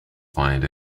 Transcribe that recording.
find